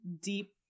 deep